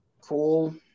cool